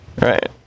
Right